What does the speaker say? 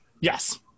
Yes